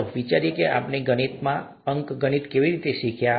ચાલો વિચારીએ કે આપણે ગણિતમાં અંકગણિત કેવી રીતે શીખ્યા